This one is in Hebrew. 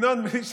ינון, בלי שמות.